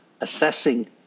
assessing